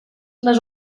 les